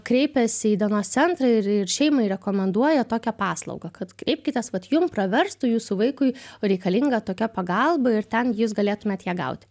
kreipiasi į dienos centrą ir ir šeimai rekomenduoja tokią paslaugą kad kreipkitės vat jum praverstų jūsų vaikui reikalinga tokia pagalba ir ten jūs galėtumėt ją gauti